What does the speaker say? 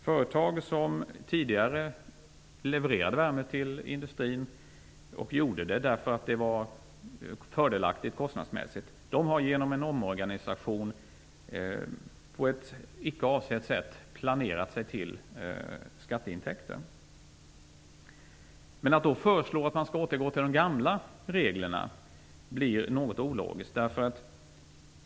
Företag som tidigare levererade värme till industrin därför att det var kostnadsmässigt fördelaktigt har genom en omorganisation på ett icke avsett sätt planerat sig till skatteintäkter. Det blir då något ologiskt att föreslå att man skall återgå till de gamla reglerna.